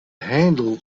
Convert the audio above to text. handle